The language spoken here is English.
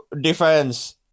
defense